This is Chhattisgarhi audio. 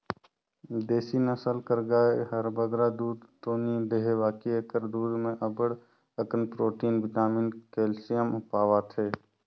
देसी नसल कर गाय हर बगरा दूद दो नी देहे बकि एकर दूद में अब्बड़ अकन प्रोटिन, बिटामिन, केल्सियम पवाथे